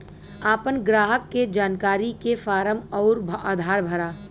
आपन ग्राहक के जानकारी के फारम अउर आधार भरा